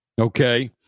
Okay